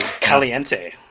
Caliente